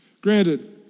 Granted